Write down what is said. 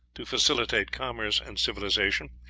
to facilitate commerce and civilisation,